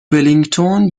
ولینگتون